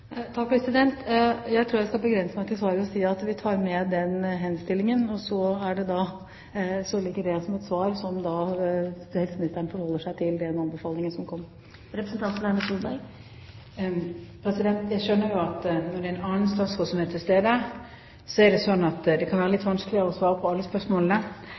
Jeg tror jeg skal begrense svaret til å si at jeg tar med meg denne henstillingen. Så ligger det da som et svar som helseministeren forholder seg til, den anbefalingen som kommer. Jeg skjønner at når det er en annen statsråd som er til stede, kan det være litt vanskeligere å svare på alle spørsmålene. Men jeg har lyst til å si at det er ikke bare slik at man kan